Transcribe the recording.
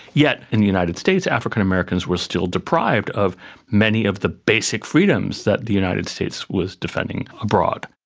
yet in the united states african americans were still deprived of many of the basic freedoms that the united states was defending abroad.